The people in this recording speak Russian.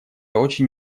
очень